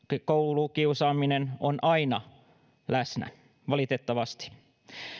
koulukiusaaminen on aina läsnä valitettavasti